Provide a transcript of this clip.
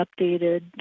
updated